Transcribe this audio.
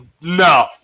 No